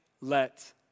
let